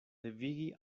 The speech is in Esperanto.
devigi